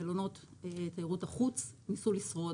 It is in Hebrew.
מלונות תיירות החוץ ניסו לשרוד.